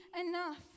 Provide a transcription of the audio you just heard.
enough